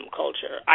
culture